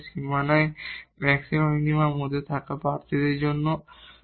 এবং boundary maxima মিনিমার মধ্যে থাকা ক্যান্ডিডেডদের জন্য খুঁজে বের করা